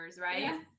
right